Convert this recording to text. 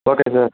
okay sir